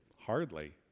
Hardly